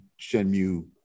Shenmue